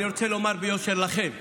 ואני רוצה לומר לכם ביושר,